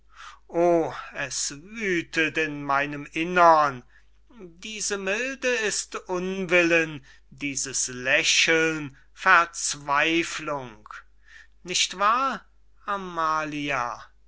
oh es wüthet in meinem innern diese milde ist unwillen dieses lächeln verzweiflung nicht wahr amalia